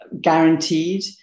guaranteed